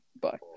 Bye